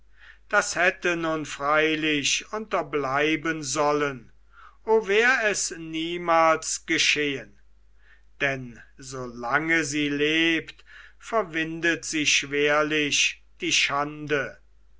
das hätte nun freilich unterbleiben sollen o wär es niemals geschehen denn solange sie lebt verwindet sie schwerlich die schande